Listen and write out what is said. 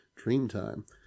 Dreamtime